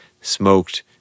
smoked